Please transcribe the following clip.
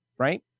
Right